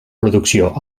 producció